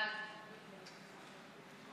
ההצעה להעביר את הצעת חוק